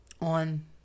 on